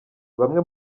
bamwe